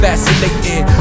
Fascinating